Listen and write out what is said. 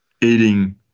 eating